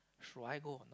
should I go a not